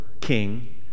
king